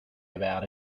about